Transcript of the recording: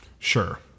Sure